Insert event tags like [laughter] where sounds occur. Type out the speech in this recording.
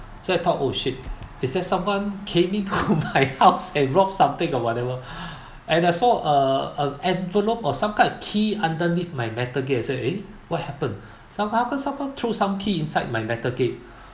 so I thought oh shit is that someone came in to [laughs] my house and rob something or whatever [breath] and I saw a a envelope or some kind of key underneath my metal gate I said eh what happen somehow how come someone threw some key inside my metal gate